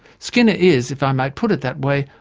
skinner is, if i might put it that way,